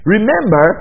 Remember